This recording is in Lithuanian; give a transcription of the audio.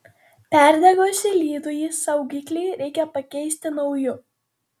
perdegusį lydųjį saugiklį reikia pakeisti nauju